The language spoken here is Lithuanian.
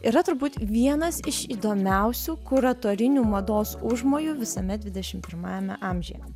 yra turbūt vienas iš įdomiausių kuratorinių mados užmojų visame dvidešim pirmajame amžiuje